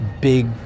big